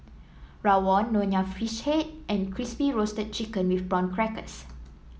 rawon Nonya Fish Head and Crispy Roasted Chicken with Prawn Crackers